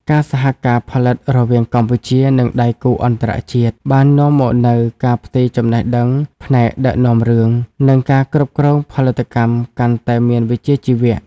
ការសហការផលិតរវាងកម្ពុជា និងដៃគូអន្តរជាតិបាននាំមកនូវការផ្ទេរចំណេះដឹងផ្នែកដឹកនាំរឿង និងការគ្រប់គ្រងផលិតកម្មកាន់តែមានវិជ្ជាជីវៈ។